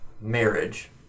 marriage